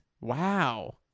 Wow